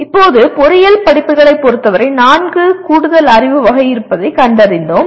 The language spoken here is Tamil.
இப்போது பொறியியல் படிப்புகளைப் பொறுத்தவரை நான்கு கூடுதல் அறிவுவகை இருப்பதைக் கண்டறிந்தோம்